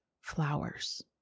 flowers